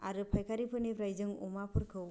आरो फायखारिफोरनिफ्राय जों अमाफोरखौ